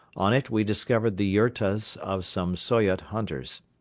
on it we discovered the yurtas of some soyot hunters,